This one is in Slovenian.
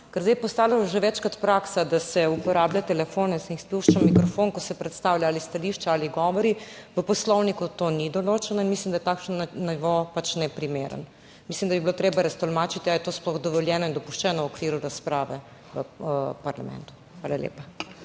ker zdaj je postalo že večkrat praksa, da se uporablja telefon in se jih spušča v mikrofon, ko se predstavlja ali stališča ali govori. V Poslovniku to ni določeno in mislim, da je takšen nivo pač neprimeren. Mislim, da bi bilo treba tolmačiti, ali je to sploh dovoljeno in dopuščeno v okviru razprave v parlamentu. Hvala lepa.